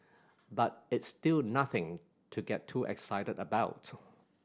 but it's still nothing to get too excited about